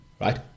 right